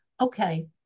okay